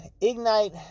Ignite